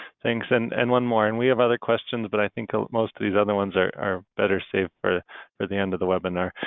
thanks. and and one more. and we have other questions, but i think most of these other ones are better saved for for the end of the webinar.